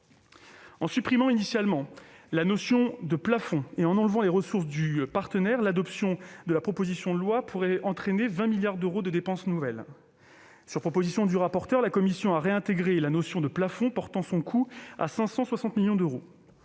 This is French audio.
En supprimant initialement la notion de plafond et en enlevant les ressources du partenaire, l'adoption de la proposition de loi aurait entraîné 20 milliards d'euros de dépenses nouvelles. Sur la proposition de son rapporteur, la commission a réintégré la notion de plafond, abaissant ce coût à 560 millions d'euros.